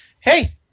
hey